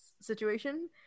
situation